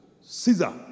Caesar